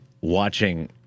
watching